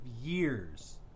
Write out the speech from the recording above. years